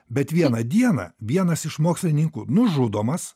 bet vieną dieną vienas iš mokslininkų nužudomas